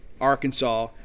Arkansas